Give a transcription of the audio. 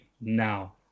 now